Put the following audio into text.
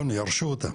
נכון, ירשו אותה.